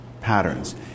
patterns